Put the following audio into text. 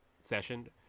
session